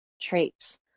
traits